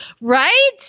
Right